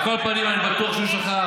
על כל פנים, אני בטוח שהוא שכח.